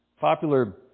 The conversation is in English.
Popular